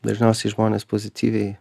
dažniausiai žmonės pozityviai